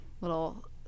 little